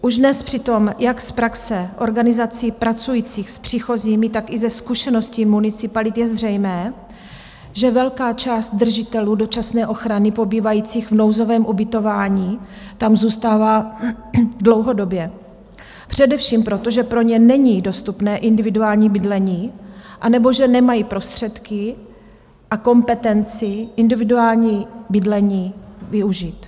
Už dnes přitom jak z praxe organizací pracujících s příchozími, tak i ze zkušeností municipalit je zřejmé, že velká část držitelů dočasné ochrany pobývajících v nouzovém ubytování tam zůstává dlouhodobě především proto, že pro ně není dostupné individuální bydlení, anebo že nemají prostředky a kompetenci individuální bydlení využít.